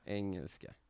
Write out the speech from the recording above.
engelska